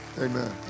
Amen